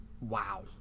Wow